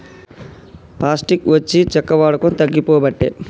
plastic వచ్చి చెక్క వాడకం తగ్గిపోబట్టే